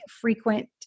frequent